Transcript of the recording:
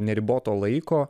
neriboto laiko